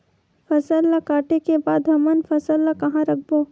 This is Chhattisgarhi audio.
फसल ला काटे के बाद हमन फसल ल कहां रखबो?